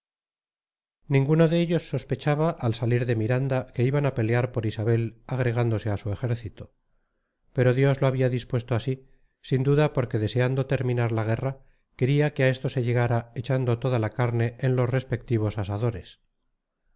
ninguno de ellos sospechaba al salir de miranda que iban a pelear por isabel agregándose a su ejército pero dios lo había dispuesto así sin duda porque deseando terminar la guerra quería que a esto se llegara echando toda la carne en los respectivos asadores